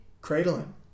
cradling